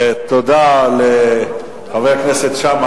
תודה לחבר הכנסת שאמה,